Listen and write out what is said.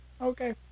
okay